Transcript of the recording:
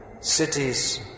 cities